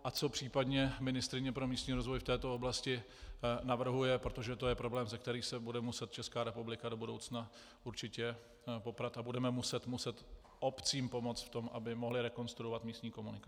A co případně ministryně pro místní rozvoj v této oblasti navrhuje, protože to je problém, se kterým se bude muset Česká republika do budoucna určitě poprat, a budeme muset obcím pomoct v tom, aby mohly rekonstruovat místní komunikace.